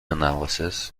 analysis